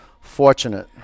fortunate